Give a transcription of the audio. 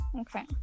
Okay